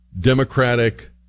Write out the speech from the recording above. Democratic